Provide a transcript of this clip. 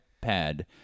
pad